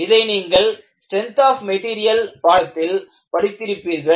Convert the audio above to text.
இதை நீங்கள் strength of material பாடத்தில் படித்திருப்பீர்கள்